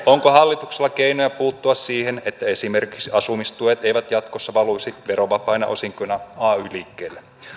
onko hallituksella keinoja puuttua siihen että esimerkiksi asumistuet eivät jatkossa valuisi verovapaina osinkoina ay liikkeille